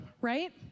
right